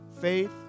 Faith